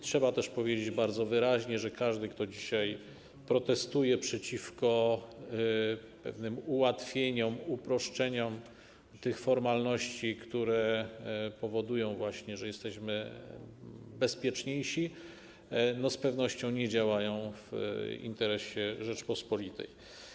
Trzeba też powiedzieć bardzo wyraźnie, że każdy, kto dzisiaj protestuje przeciwko pewnym ułatwieniom, uproszczeniom tych formalności, które powodują, że jesteśmy bezpieczniejsi, z pewnością nie działa w interesie Rzeczypospolitej.